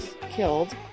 killed